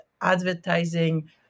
advertising